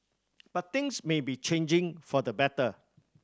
but things may be changing for the better